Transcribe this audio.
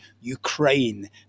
Ukraine